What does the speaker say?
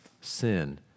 Sin